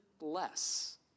less